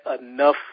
enough